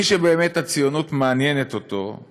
הוא נושא ערכי, למי שבאמת הציונות מעניינת אותו.